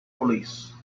police